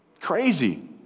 Crazy